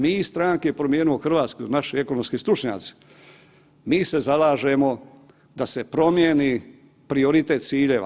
Mi iz Stranke Promijenimo Hrvatsku i naši ekonomski stručnjaci, mi se zalažemo da se promijeni prioritet ciljeva.